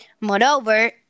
Moreover